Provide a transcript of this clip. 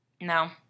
No